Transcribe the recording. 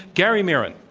gary miron.